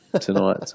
tonight